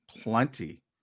plenty